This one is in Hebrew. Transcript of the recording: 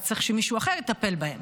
אז צריך שמישהו אחר יטפל בהם.